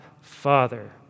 Father